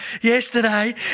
yesterday